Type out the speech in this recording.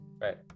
right